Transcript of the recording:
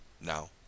now